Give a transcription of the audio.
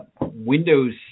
Windows